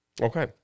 Okay